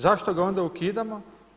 Zašto ga onda ukidamo?